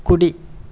కుడి